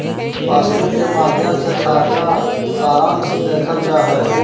passbook के माध्मय से खाता सारांश देखल जा हय